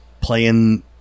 Playing